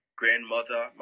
grandmother